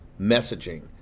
messaging